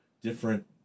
different